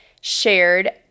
shared